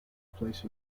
place